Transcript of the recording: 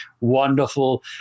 wonderful